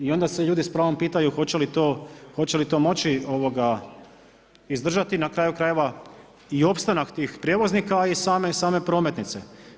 I onda se ljudi s pravom pitaju hoće li to moći izdržati i na kraju krajeva i opstanak tih prijevoznika a i same prometnice.